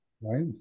Right